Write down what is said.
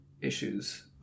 issues